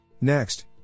Next